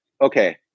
okay